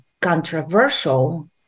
controversial